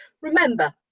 remember